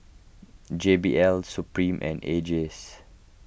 J B L Supreme and A Jays